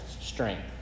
strength